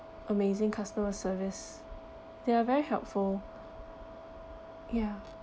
amazing customer service they're very helpful ya